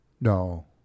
No